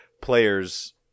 players